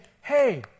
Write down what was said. Hey